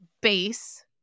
base